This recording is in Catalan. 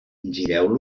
gireu